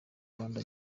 rubanda